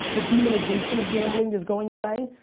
the demonization of gambling is going away.